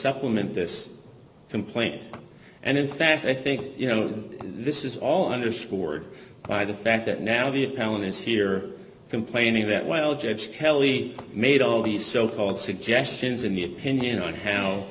supplement this complaint and in fact i think you know this is all underscored by the fact that now the palin is here complaining that while judge kelly made all these so called suggestions in the opinion on how